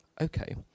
okay